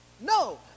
No